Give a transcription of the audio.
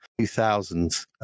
2000s